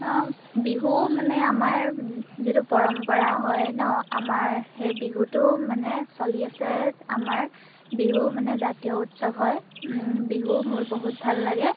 বিহু মানে আমাৰ যিটো পৰম্পৰা হয় ন আমাৰ সেই বিহুটো মানে চলি আছে আমাৰ বিহু মানে জাতীয় উৎসৱ হয় বিহু মোৰ বহুত ভাল লাগে